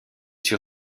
sur